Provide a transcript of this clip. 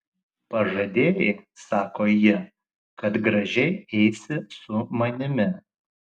pažadėjai sako ji kad gražiai eisi su manimi